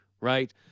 right